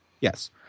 Yes